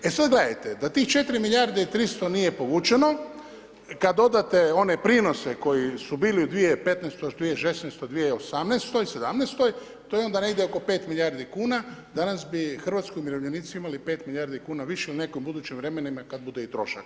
E sada gledajte, da tih 4 milijarde i 300 nije povučeno, kada dodate one prinose koji su bili u 2015., 2016., 2018., 2017. to je onda negdje oko 5 milijardi kuna, danas bi hrvatski umirovljenici imali 5 milijardi kn više u nekim budućim vremenima kada bude i trošak.